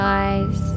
eyes